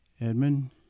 Edmund